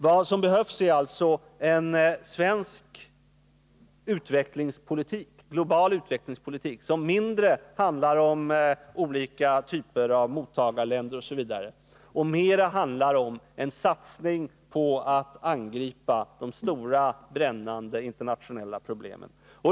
Vad som behövs är alltså en svensk global utvecklingspolitik, som mindre handlar om olika typer av mottagarländer osv. och som mera handlar om en satsning på att angripa de stora, brännande internationella problemen.